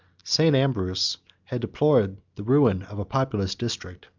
st. ambrose has deplored the ruin of a populous district,